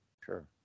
sure